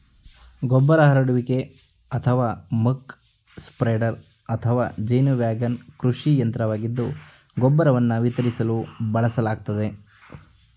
ಗೊಬ್ಬರ ಹರಡುವಿಕೆ ಅಥವಾ ಮಕ್ ಸ್ಪ್ರೆಡರ್ ಅಥವಾ ಜೇನು ವ್ಯಾಗನ್ ಕೃಷಿ ಯಂತ್ರವಾಗಿದ್ದು ಗೊಬ್ಬರವನ್ನು ವಿತರಿಸಲು ಬಳಸಲಾಗ್ತದೆ